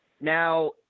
Now